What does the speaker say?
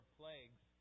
plagues